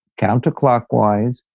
counterclockwise